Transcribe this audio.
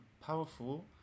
powerful